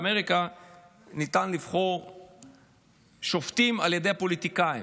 באמריקה ניתן לבחור שופטים על ידי פוליטיקאים.